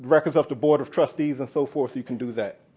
records of the board of trustees and so forth. you can do that.